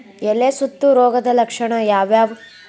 ಎಲೆ ಸುತ್ತು ರೋಗದ ಲಕ್ಷಣ ಯಾವ್ಯಾವ್?